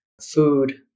food